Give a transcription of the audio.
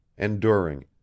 enduring